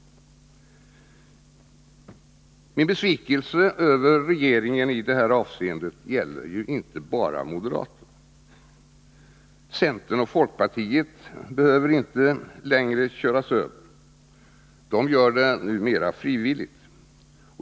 Min besvikelse över regeringen i det här avseendet gäller inte bara moderaterna. Centern och folkpartiet behöver inte längre köras över. De går numera med frivilligt.